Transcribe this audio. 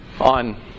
On